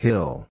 Hill